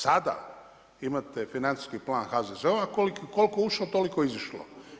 Sada imate financijski plan HZZO-a koliko ušlo toliko izišlo.